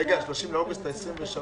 --- רגע, ה-30 באוגוסט, ה-23 וה-24?